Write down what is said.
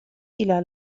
إلى